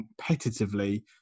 competitively